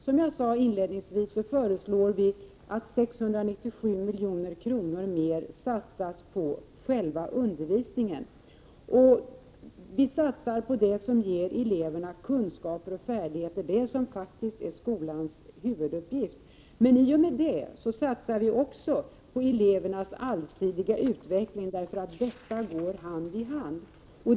Som jag sade inledningsvis föreslår vi att 697 milj.kr. mer satsas på själva undervisningen. Vi satsar på det som ger eleverna kunskaper och färdighe 101 ter, det som faktiskt är skolans huvuduppgift. Men i och med det satsar vi också på elevernas allsidiga utveckling, eftersom det ena går hand i hand med det andra.